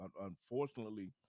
unfortunately